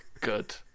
Good